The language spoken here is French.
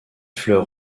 fleurs